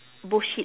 bullshit